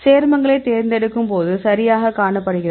சேர்மங்களை தேர்ந்தெடுக்கும்போது சரியாகக் காணப்படுகிறது